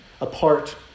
apart